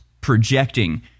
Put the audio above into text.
projecting